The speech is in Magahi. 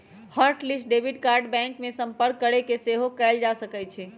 hot list debit card bank में संपर्क कऽके सेहो कएल जा सकइ छै